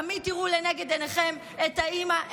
תמיד תראו לנגד עיניכם את האימא,